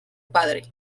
padre